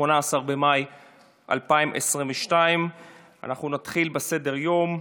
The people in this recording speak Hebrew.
18 במאי 2022. אנחנו נתחיל בסדר-היום.